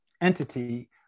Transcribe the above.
entity